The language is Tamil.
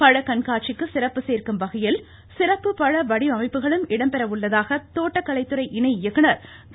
பழக்கண்காட்சிக்கு சிறப்பு சேர்க்கும் வகையில் சிறப்பு பழ வடிவமைப்புகளும் இடம்பெற உள்ளதாக தோட்டக்கலைத்துறை இணைஇயக்குனர் திரு